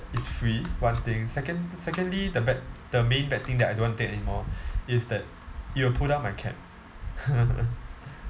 it's free one thing second secondly the bad the main bad thing that I don't want to take anymore is that it will pull down my cap